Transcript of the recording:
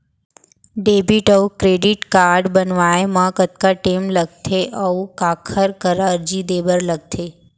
Debit अऊ credit card बनवाए मा कतका टेम लगथे, अऊ काखर करा अर्जी दे बर लगथे?